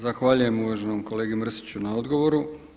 Zahvaljujem uvaženom kolegi Mrsiću na odgovoru.